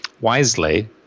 Wisely